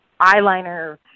eyeliner